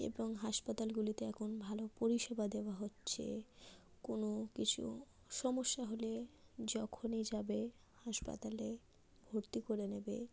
এবং হাসপাতালগুলিতে এখন ভালো পরিষেবা দেওয়া হচ্ছে কোন কিছু সমস্যা হলে যখনই যাবে হাসপাতালে ভর্তি করে নেবে